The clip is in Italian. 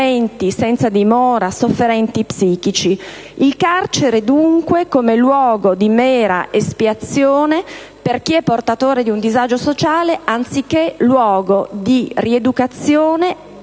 senza dimora e sofferenti psichici. Il carcere, dunque, come luogo di mera espiazione per chi è portatore di un disagio sociale, anziché luogo anche di rieducazione